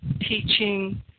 teaching